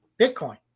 Bitcoin